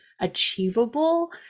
achievable